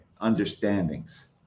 understandings